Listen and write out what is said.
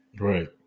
right